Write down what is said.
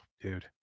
Dude